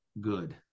good